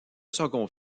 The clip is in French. second